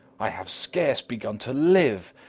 i have scarce begun to live!